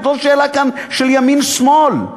זאת לא שאלה של ימין שמאל,